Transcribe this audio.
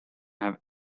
have